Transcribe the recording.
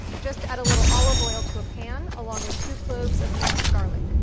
just add a little olive oil to a pan along with two cloves of minced garlic,